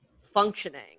functioning